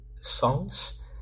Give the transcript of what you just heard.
songs